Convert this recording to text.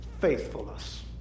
faithfulness